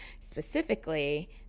specifically